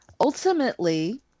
ultimately